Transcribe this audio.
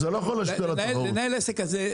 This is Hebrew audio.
לנהל עסק כזה,